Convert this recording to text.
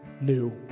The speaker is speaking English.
new